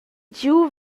giu